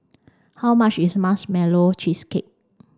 how much is marshmallow cheesecake